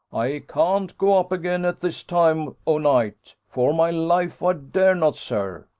i can't go up again at this time o'night for my life i dare not, sir.